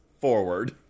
forward